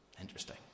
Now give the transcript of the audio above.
Interesting